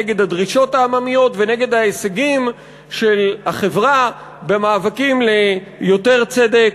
נגד הדרישות העממיות ונגד ההישגים של החברה במאבקים ליותר צדק,